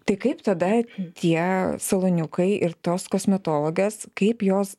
tai kaip tada tie saloniukai ir tos kosmetologės kaip jos